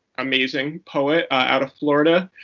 amazing poet out of florida.